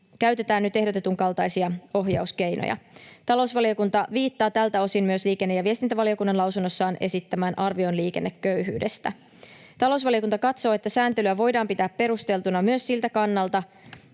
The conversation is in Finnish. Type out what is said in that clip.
käytetään nyt ehdotetun kaltaisia ohjauskeinoja. Talousvaliokunta viittaa tältä osin myös liikenne- ja viestintävaliokunnan lausunnossaan esittämään arvioon liikenneköyhyydestä. Talousvaliokunta katsoo, että sääntelyä voidaan pitää perusteltuna myös siltä kannalta,